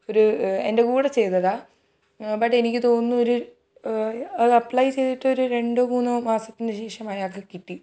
ഒരു എൻ്റെ കൂടെ ചെയ്തതാ ബട്ട് എനിക്ക് തോന്നുന്നു ഒരു അത് അപ്ലൈ ചെയ്തിട്ടൊരു രണ്ടോ മൂന്നോ മാസത്തിന് ശേഷം അയാൾക്ക് കിട്ടി